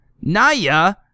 Naya